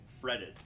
fretted